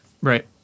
Right